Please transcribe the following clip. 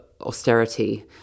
austerity